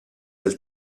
del